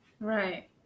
Right